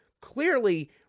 clearly